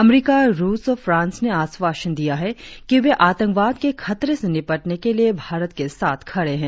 अमरीका रुस और फ्रांस ने आश्वासन दिया है कि वे आतंकवाद के खतरे से निपटने के लिए भारत के साथ खड़े हैं